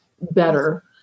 better